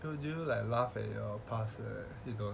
do you like laugh at your past or you don't